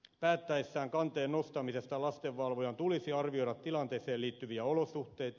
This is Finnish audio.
päättäessään kanteen nostamisesta lastenvalvojan tulisi arvioida tilanteeseen liittyviä olosuhteita